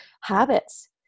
habits